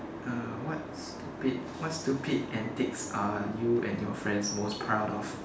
uh what stupid what stupid antics are you and your friends most proud of